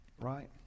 right